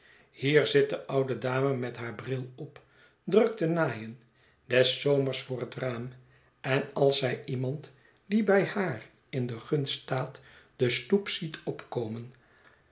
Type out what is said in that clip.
hier zit de oude dame met haar bril op druk te naaien des zomers voor hetraam en als zij iemand die bij haar in de gunst staat de stoep ziet opkomen